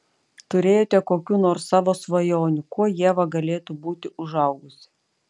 turėjote kokių nors savo svajonių kuo ieva galėtų būti užaugusi